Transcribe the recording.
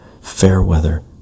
Fairweather